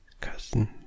cousin